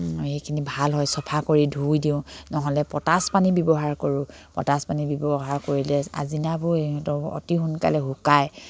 সেইখিনি ভাল হয় চাফা কৰি ধুই দিওঁ নহ'লে পতাছ পানী ব্যৱহাৰ কৰোঁ পতাছ পানী ব্যৱহাৰ কৰিলে আজিনাবোৰ সিহঁতৰ অতি সোনকালে শুকায়